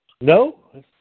No